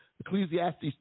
Ecclesiastes